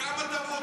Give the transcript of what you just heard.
בכמה תבעו אותך?